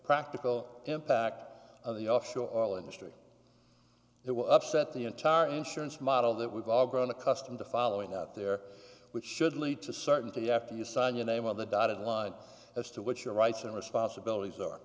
practical impact of the offshore oil industry it will upset the entire insurance model that we've all grown accustomed to following out there which should lead to certainty after you sign your name of the dotted line as to what your rights and responsibilities